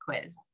quiz